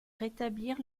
rétablir